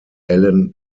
alan